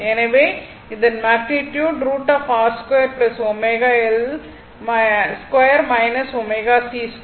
எனவே அதன் magnitude √ R2 ω L ω c2